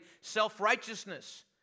self-righteousness